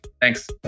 Thanks